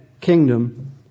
kingdom